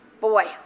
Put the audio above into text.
Boy